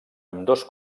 ambdós